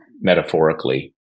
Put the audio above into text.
metaphorically